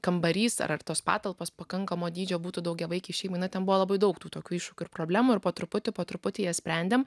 kambarys ar ar tos patalpos pakankamo dydžio būtų daugiavaikei šeimai na ten buvo labai daug tų tokių iššūkių ir problemų ir po truputį po truputį jas sprendėme